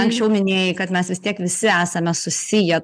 anksčiau minėjai kad mes vis tiek visi esame susiję